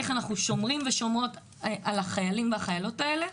איך אנחנו שומרים ושומרות על החיילים והחיילות האלה,